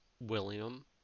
William